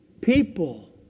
people